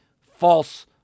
false